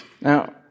Now